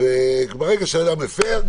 מהירות ברגע שאדם מפר,